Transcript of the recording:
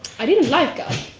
i didn't like god